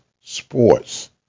sports